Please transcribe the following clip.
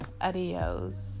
adios